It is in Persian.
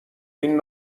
این